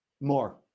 More